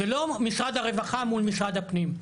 זה לא משרד הרווחה מול משרד הפנים.